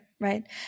right